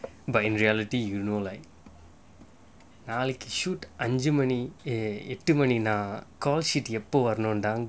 but in reality you know like நாளிக்கி:naalikki shoot அஞ்சு மணி எட்டு மணினா:anchu mani ettu maninaa call sheet எப்போ வருனுடா:eppo varunudaa